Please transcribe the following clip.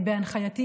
בהנחייתי,